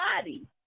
body